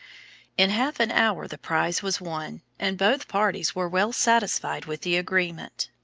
in half an hour the prize was won, and both parties were well satisfied with the agreement.